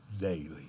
daily